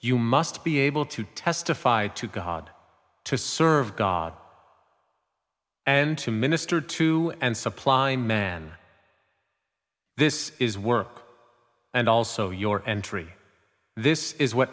you must be able to testify to god to serve god and to minister to and supply man this is work and also your entry this is what